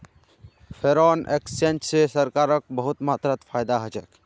foreign exchange स सरकारक बहुत मात्रात फायदा ह छेक